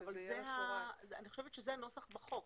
נכון, אבל אניח ושבת שזה הנוסח בחוק.